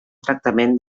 tractament